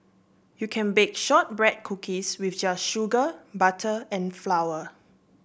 you can bake shortbread cookies with just sugar butter and flour